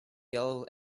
yellow